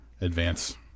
advance